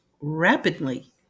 rapidly